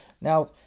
Now